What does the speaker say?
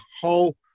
whole